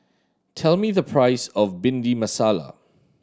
tell me the price of Bhindi Masala